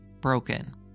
broken